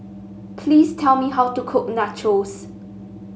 please tell me how to cook Nachos